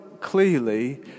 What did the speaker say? clearly